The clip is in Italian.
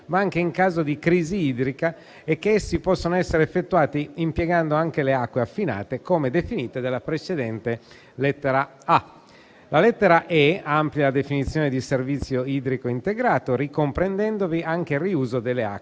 ma anche in caso di crisi idrica, e che essi possono essere effettuati impiegando anche le acque affinate, come definite dalla precedente lettera *a)*. La lettera *e)* amplia la definizione di servizio idrico integrato, ricomprendendovi anche il riuso delle acque